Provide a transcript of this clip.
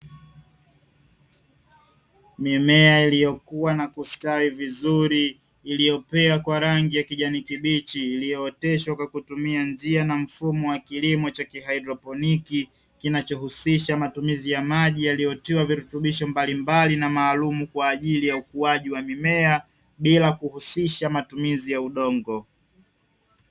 Mimea iliyokua na kustawi vizuri iliyopea kwa rangi ya kijani kibichi iliyooteshwa kwa kutumia njia na mfumo wa kilimo cha haidroponi, kinachohusisha matumizi ya maji yaliyotiwa virutubisho mbalimbali na maalumu kwa ajili ya ukuaji wa mimea, bila kuhusisha matumizi ya udongo.